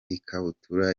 ikabutura